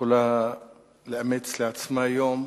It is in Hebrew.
יכולה לאמץ לעצמה יום,